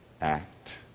act